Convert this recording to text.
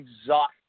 exhausted